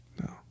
No